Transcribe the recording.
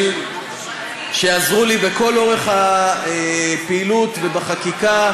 שעזרו לי לכל אורך הפעילות והחקיקה: